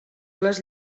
les